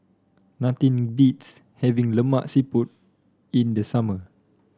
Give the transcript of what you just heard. nothing beats having Lemak Siput in the summer